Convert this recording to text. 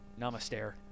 Namaste